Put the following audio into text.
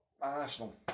Arsenal